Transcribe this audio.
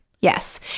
Yes